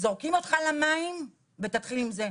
זורקים אותך למים ותתחיל עם זה.